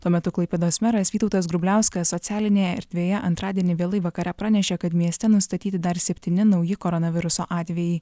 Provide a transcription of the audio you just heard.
tuo metu klaipėdos meras vytautas grubliauskas socialinėje erdvėje antradienį vėlai vakare pranešė kad mieste nustatyti dar septyni nauji koronaviruso atvejai